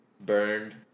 burned